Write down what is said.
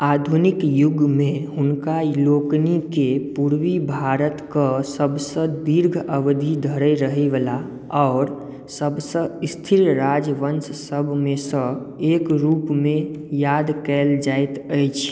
आधुनिक युगमे हुनका लोकनिकेँ पूर्वी भारतके सबसँ दीर्घ अवधि धरि रहैवला आओर सबसँ स्थिर राजवंश सभमेसँ एक रूपमे याद कयल जाइत अछि